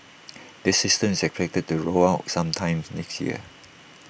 this system is expected to be rolled out sometimes next year